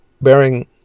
bearing